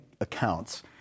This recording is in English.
accounts